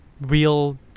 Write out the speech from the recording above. real